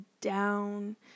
down